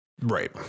Right